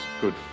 good